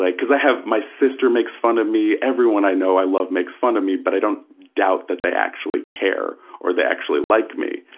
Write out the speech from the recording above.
like because i have, my sister makes fun of me. everyone i know i love makes fun of me, but i don't doubt that they actually care or they actually like me.